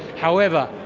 however,